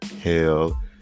hell